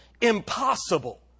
impossible